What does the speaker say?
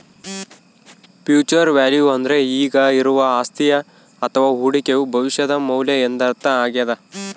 future value ಅಂದ್ರೆ ಈಗ ಇರುವ ಅಸ್ತಿಯ ಅಥವ ಹೂಡಿಕೆಯು ಭವಿಷ್ಯದ ಮೌಲ್ಯ ಎಂದರ್ಥ ಆಗ್ಯಾದ